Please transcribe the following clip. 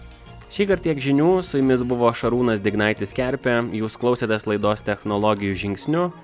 šįkart tiek žinių su jumis buvo šarūnas dignaitis kerpė jūs klausėtės laidos technologijų žingsniu